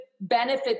Benefit